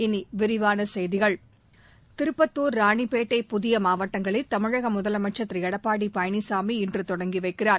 இனி விரிவான செய்திகள் திருப்பத்தூர் ராணிப்பேட்டை புதிய மாவட்டங்களை தமிழக முதலமைச்சர் திரு எடப்பாடி பழனிசாமி இன்று தொடங்கி வைக்கிறார்